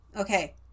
Okay